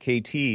KT